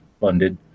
funded